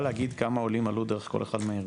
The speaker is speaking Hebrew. כמה עולים עלו דרך כל אחד מהארגונים?